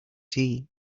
tea